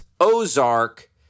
Ozark